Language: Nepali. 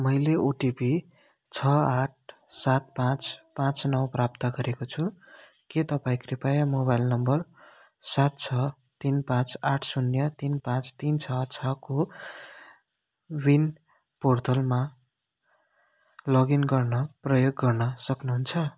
मैले ओटिपी छ आठ सात पाँच पाँच नौ प्राप्त गरेको छु के तपाईँँ कृपया मोबाइल नम्बर सात छ तिन पाँच आठ शून्य तिन पाँच तिन छ छ कोविन पोर्टलमा लगइन गर्न प्रयोग गर्न सक्नुहुन्छ